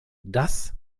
das